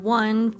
one